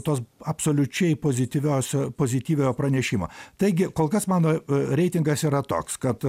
tos absoliučiai pozityvios pozityviojo pranešimo taigi kol kas mano reitingas yra toks kad